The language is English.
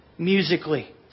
musically